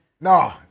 No